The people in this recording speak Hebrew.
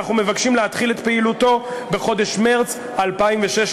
אנחנו מבקשים להתחיל את פעילותו בחודש מרס 2016,